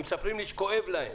הם מספרים לי שכואב להם.